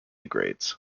grades